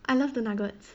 I love the nuggets